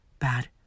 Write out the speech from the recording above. bad